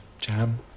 jam